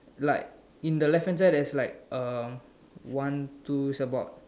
like in the left hand side there's like um one two surfboard